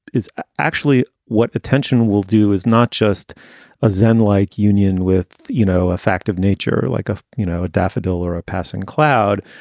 is actually what attention will do is not just a zen-like union with, you know, a fact of nature like a, you know, a daffodil or a passing cloud,